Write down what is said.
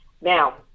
Now